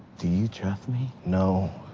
do you trust me? no.